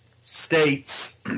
states